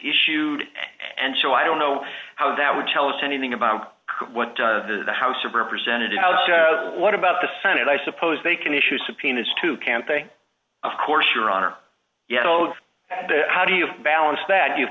issued and show i don't know how that would tell us anything about what the house of representatives what about the senate i suppose they can issue subpoenas to campaign of course your honor you know how do you balance that you've